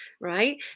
right